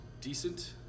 decent